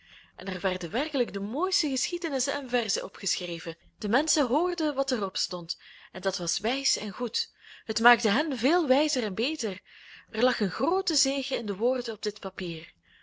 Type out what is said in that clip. en er werden werkelijk de mooiste geschiedenissen en verzen op geschreven de menschen hoorden wat er op stond en dat was wijs en goed het maakte hen veel wijzer en beter er lag een groote zegen in de woorden op dit papier